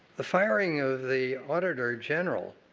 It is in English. the firing of the auditor general